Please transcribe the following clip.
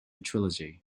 trilogy